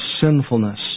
sinfulness